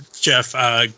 Jeff